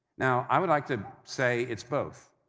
now, i would like to say it's both,